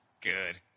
Good